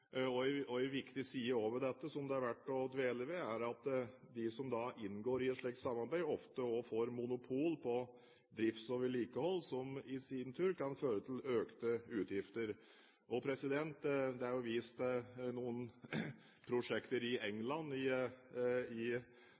tid blir dyrere. En viktig side ved dette, som det er verdt å dvele ved, er at de som da inngår i et slikt samarbeid, ofte også får monopol på drift og vedlikehold, som i sin tur kan føre til økte utgifter. Det er jo vist til noen prosjekter i England i